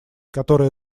которая